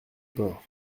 port